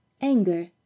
anger